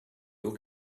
haut